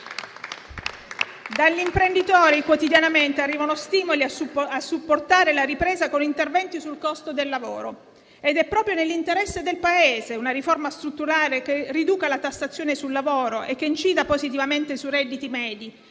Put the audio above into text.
Dagli imprenditori arrivano quotidianamente stimoli a supportare la ripresa con interventi sul costo del lavoro ed è proprio nell'interesse del Paese una riforma strutturale che riduca la tassazione sul lavoro e che incida positivamente sui redditi medi,